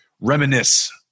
reminisce